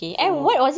for